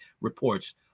reports